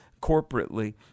corporately